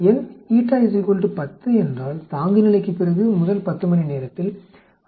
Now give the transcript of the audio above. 10 என்றால் தாங்குநிலைக்குப் பிறகு முதல் 10 மணி நேரத்தில் 63